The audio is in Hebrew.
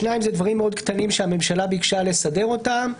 שניים זה דברים מאוד קטנים שהממשלה ביקשה לסדר אותם,